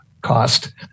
cost